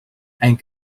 and